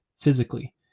physically